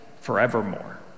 forevermore